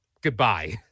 goodbye